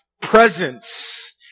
presence